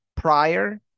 prior